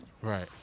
right